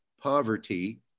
poverty